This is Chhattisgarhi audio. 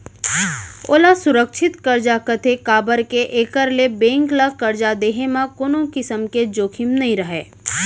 ओला सुरक्छित करजा कथें काबर के एकर ले बेंक ल करजा देहे म कोनों किसम के जोखिम नइ रहय